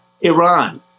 Iran